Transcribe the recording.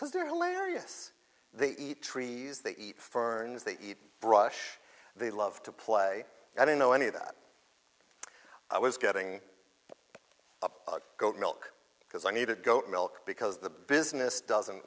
because they're hilarious they eat trees they eat for news they eat brush they love to play i don't know any of that i was getting up goat milk because i needed goat milk because the business doesn't